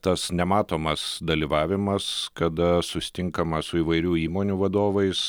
tas nematomas dalyvavimas kada susitinkama su įvairių įmonių vadovais